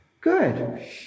Good